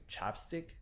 chapstick